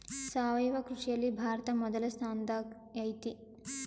ಸಾವಯವ ಕೃಷಿಯಲ್ಲಿ ಭಾರತ ಮೊದಲ ಸ್ಥಾನದಾಗ್ ಐತಿ